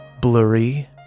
blurry